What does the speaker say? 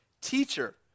teacher